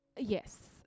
Yes